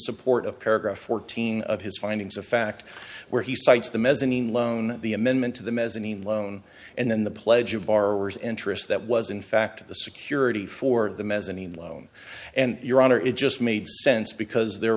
support of paragraph fourteen of his findings of fact where he cites the mezzanine loan the amendment to the mezzanine loan and then the pledge of borrowers interest that was in fact the security for the mezzanine loan and your honor it just made sense because there